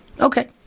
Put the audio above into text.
Okay